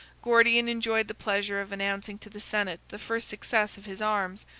gordian enjoyed the pleasure of announcing to the senate the first success of his arms,